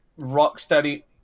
Rocksteady